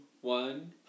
one